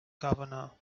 governor